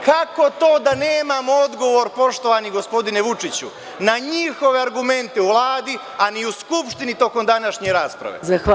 Kako to da nemam odgovor poštovani gospodine Vučiću, na njihove argumente u Vladi, a ni u Skupštini tokom današnje rasprave?